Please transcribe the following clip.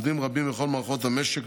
עובדים רבים בכל מערכות המשק,